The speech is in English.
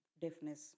deafness